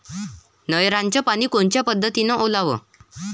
नयराचं पानी कोनच्या पद्धतीनं ओलाव?